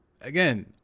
Again